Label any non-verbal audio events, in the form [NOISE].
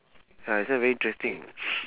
ah this one very interesting [NOISE]